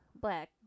Black